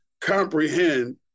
comprehend